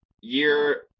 year